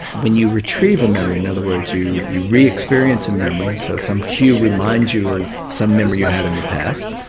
when you retrieve a memory, in other words you you re-experience a memory, so some cue reminds you of some memory you had in the past,